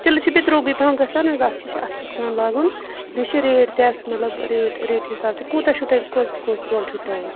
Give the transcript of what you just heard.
تِلہِ چھُ بیٚیہِ درٛۅگُے پَہَم گژھان حظ اَتھ چھِ اَتھٕ سۭتۍ پٮ۪وان لاگُن بیٚیہِ چھِ ریٹ تہِ اَتھ مطلب ریٹ ریٹ حِساب تہِ کوٗتاہ چھُو تۄہہِ کٔژھ کٔژھ تولہٕ چھُو ترٛاوُن